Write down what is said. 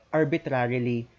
arbitrarily